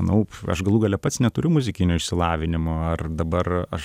manau aš galų gale pats neturiu muzikinio išsilavinimo ar dabar aš